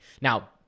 Now